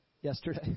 Yesterday